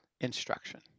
instruction